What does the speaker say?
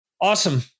Awesome